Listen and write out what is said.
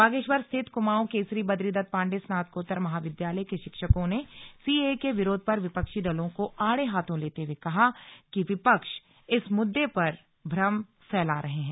बागेश्वर स्थित कुमाऊं केसरी बद्रीदत्त पांडे स्नातकोत्तर महाविद्यालय के शिक्षकों ने सीएए के विरोध पर विपक्षी दलों को आड़े हाथों लेते हुए कहा कि विपक्ष इस मुद्दे पर भ्रम फैला रहे हैं